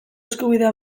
eskubidea